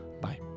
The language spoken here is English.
Bye